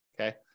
okay